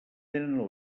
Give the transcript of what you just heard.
tenen